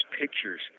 pictures